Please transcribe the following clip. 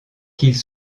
qu’ils